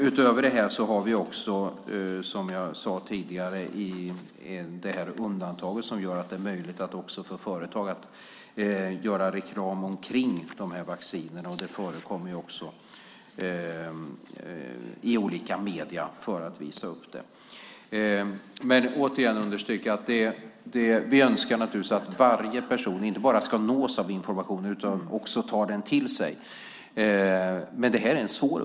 Utöver detta har vi, som jag tidigare sagt, det undantag som gör att det är möjligt också för företag att göra reklam om sådana här vacciner. Det förekommer också i olika medier för att just visa detta. Återigen vill jag understryka att vi naturligtvis önskar att varje person inte bara ska nås av information utan också tar till sig denna. Men uppgiften är svår.